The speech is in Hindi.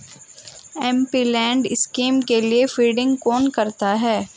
एमपीलैड स्कीम के लिए फंडिंग कौन करता है?